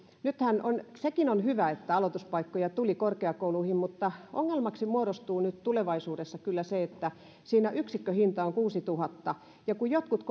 sekin on hyvä että aloituspaikkoja tuli korkeakouluihin mutta ongelmaksi muodostuu nyt tulevaisuudessa kyllä se että siinä yksikköhinta on kuusituhatta ja kun jotkut